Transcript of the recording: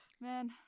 Man